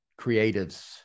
creatives